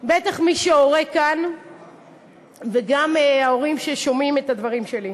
בטח מי שהורה כאן וגם הורים ששומעים את הדברים שלי: